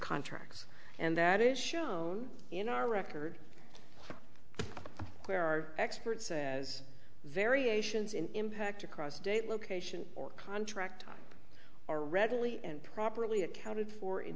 contracts and that is shown in our record where our expert says variations in impact across date location or contract are readily and properly accounted for in